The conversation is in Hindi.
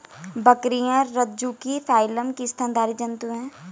बकरियाँ रज्जुकी फाइलम की स्तनधारी जन्तु है